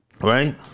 right